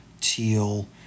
teal